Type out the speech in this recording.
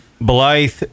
Blythe